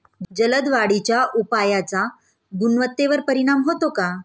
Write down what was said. जलद वाढीच्या उपायाचा गुणवत्तेवर परिणाम होतो का?